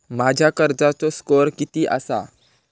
माझ्या कर्जाचो स्कोअर किती आसा?